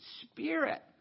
Spirit